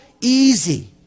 easy